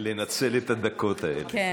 לנצל את הדקות האלה.